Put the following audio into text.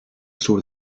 sur